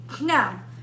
Now